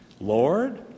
Lord